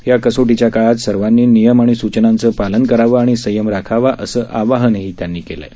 या कसोटीच्या काळात सर्वांनी नियम आणि सुचनांचं पालन करावं आणि संयम राखावा असं आवाहन त्यांनी केलं आहे